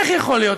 איך יכול להיות?